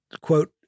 quote